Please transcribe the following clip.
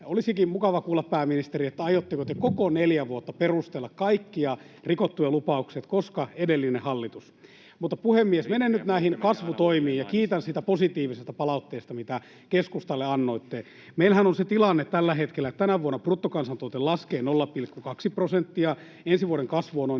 Olisikin mukava kuulla, pääministeri, aiotteko te koko neljä vuotta perustella kaikkia rikottuja lupauksia, että ”koska edellinen hallitus”. Mutta puhemies, menen nyt näihin kasvutoimiin ja kiitän siitä positiivisesta palautteesta, mitä keskustalle annoitte. Meillähän on tällä hetkellä se tilanne, että tänä vuonna bruttokansantuote laskee 0,2 prosenttia, ensi vuoden kasvu on noin